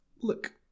Look